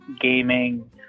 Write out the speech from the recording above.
gaming